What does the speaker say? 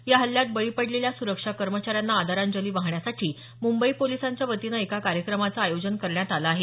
या हल्ल्यात बळी पडलेल्या सुरक्षा कर्मचाऱ्यांना आदरांजली वाहण्यासाठी मुंबई पोलिसांच्या वतीनं एका कार्यक्रमाचं आयोजन करण्यात आलं आहे